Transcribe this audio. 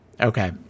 Okay